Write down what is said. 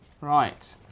Right